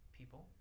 people